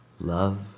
love